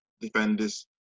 defenders